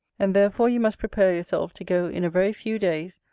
and therefore you must prepare yourself to go in a very few days,